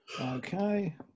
Okay